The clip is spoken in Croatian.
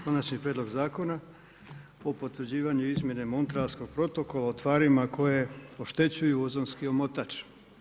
Konačni Prijedlog Zakona o potvrđivanju izmjene Montrealskog protokola o tvarima koje oštećuju ozonski omotač.